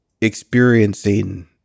experiencing